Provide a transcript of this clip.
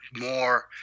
more